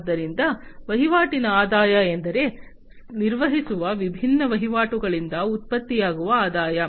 ಆದ್ದರಿಂದ ವಹಿವಾಟಿನ ಆದಾಯ ಎಂದರೆ ನಿರ್ವಹಿಸುವ ವಿಭಿನ್ನ ವಹಿವಾಟುಗಳಿಂದ ಉತ್ಪತ್ತಿಯಾಗುವ ಆದಾಯ